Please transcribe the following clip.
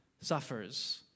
suffers